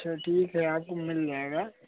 अच्छा ठीक है आपको मिल जाएगा